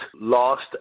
lost